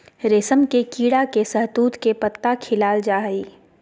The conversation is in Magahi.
रेशम के कीड़ा के शहतूत के पत्ता खिलाल जा हइ